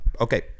Okay